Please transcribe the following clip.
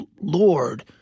Lord